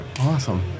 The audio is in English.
Awesome